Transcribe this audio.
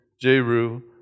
Jeru